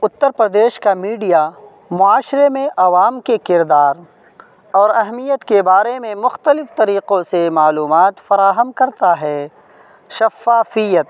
اترپردیش کا میڈیا معاشرے میں عوام کے کردار اور اہمیت کے بارے میں مختلف طریقوں سے معلومات فراہم کرتا ہے شفافیت